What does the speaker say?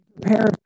Prepare